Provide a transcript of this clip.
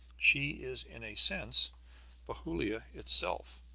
she is in a sense bethulia itself,